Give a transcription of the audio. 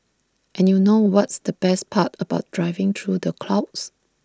and you know what's the best part about driving through the clouds